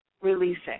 Releasing